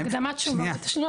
זה הקדמת --- שנייה.